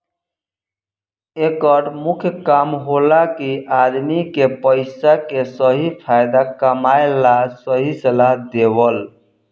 एकर मुख्य काम होला कि आदमी के पइसा के सही फायदा कमाए ला सही सलाह देवल